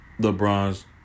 LeBron's